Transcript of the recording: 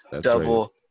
Double